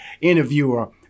interviewer